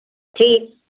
ठीक